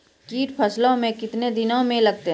कीट फसलों मे कितने दिनों मे लगते हैं?